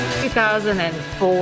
2004